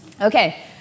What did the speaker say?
Okay